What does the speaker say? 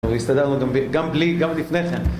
הוא יסתדר לנו גם, גם בלי. גם לפני כן